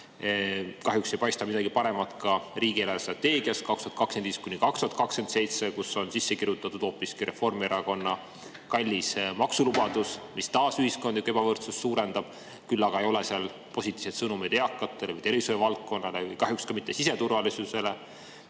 Kahjuks ei paista midagi paremat ka riigi eelarvestrateegias 2025–2027, kuhu on sisse kirjutatud hoopiski Reformierakonna kallis maksulubadus, mis taas ühiskondlikku ebavõrdsust suurendab. Seal ei ole positiivseid sõnumeid eakatele ega tervishoiuvaldkonnale, kahjuks ka mitte siseturvalisusele.